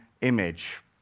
image